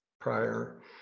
prior